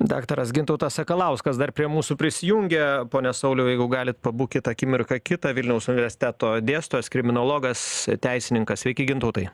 daktaras gintautas sakalauskas dar prie mūsų prisijungia pone sauliau jeigu galit pabūkit akimirką kitą vilniaus universiteto dėstytojas kriminologas teisininkas sveiki gintautai